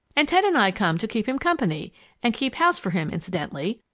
and ted and i come to keep him company and keep house for him, incidentally.